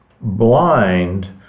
blind